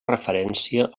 referència